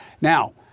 Now